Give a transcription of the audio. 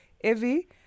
Evie